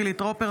חילי טרופר,